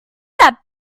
that